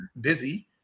busy